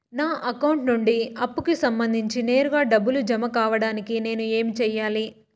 నా అకౌంట్ నుండి అప్పుకి సంబంధించి నేరుగా డబ్బులు జామ కావడానికి నేను ఏమి సెయ్యాలి?